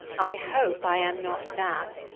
i hope i am not that.